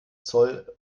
zoll